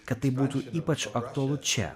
kad tai būtų ypač aktualu čia